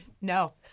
No